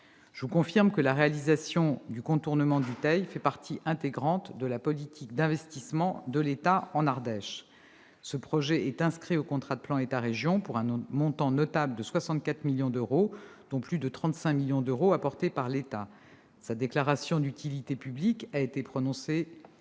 Je vous confirme que la réalisation du contournement du Teil fait partie intégrante de la politique d'investissement de l'État en Ardèche. Ce projet est inscrit à l'actuel contrat de plan État-région, pour un montant notable de 64 millions d'euros, dont plus de 35 millions d'euros apportés par l'État. Sa déclaration d'utilité publique a été prononcée